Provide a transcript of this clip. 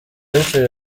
umukecuru